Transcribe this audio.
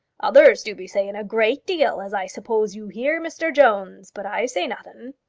others do be saying a great deal, as i suppose you hear, mr jones, but i say nothin'.